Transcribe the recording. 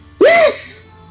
Yes